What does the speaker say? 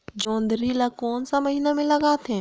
जोंदरी ला कोन सा महीन मां लगथे?